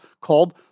called